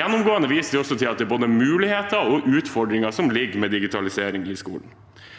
Gjennomgående viser vi også til at det er både muligheter og utfordringer med digitalisering i skolen.